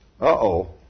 Uh-oh